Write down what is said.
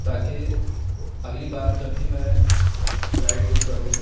تاکہ اگلی بار جب بھی میں رائڈ بک کروں